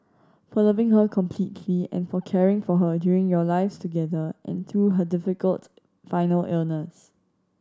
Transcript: for loving her completely and for caring for her during your lives together and through her difficult final illness